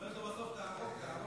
היא אומרת לו בסוף: תהרוג, תהרוג עוד.